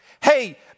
Hey